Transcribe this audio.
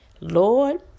lord